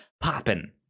popping